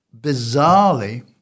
Bizarrely